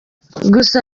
gusa